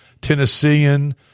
Tennessean